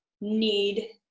need